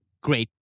Great